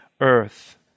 earth